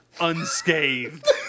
unscathed